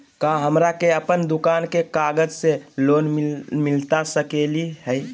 का हमरा के अपन दुकान के कागज से लोन मिलता सकली हई?